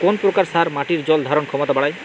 কোন প্রকার সার মাটির জল ধারণ ক্ষমতা বাড়ায়?